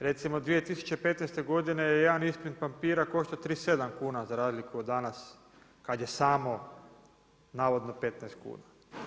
Recimo 2015. godine je jedan isprint papira koštao 37 kuna za razliku od danas kad je samo navodno 15 kuna.